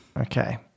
Okay